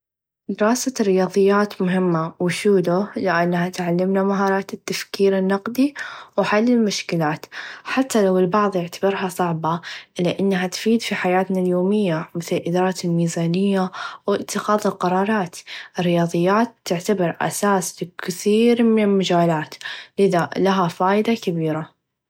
دراسه الرياظيات مهمه وچوده يعلمنا مهارات التفكير النقدي و حل المشكلات حتى لو البعظ إعتبرها صعبه إلا أنها تفيد في حياتنا اليوميه مثل إداره الميزانيه و إتخاذ القرارات الرياظيات تعتبر أساس كثييير من المچالات لذا لها فايده كبيره.